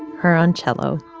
her on cello